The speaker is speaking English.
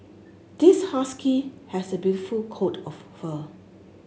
this husky has a beautiful coat of fur